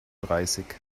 dreißig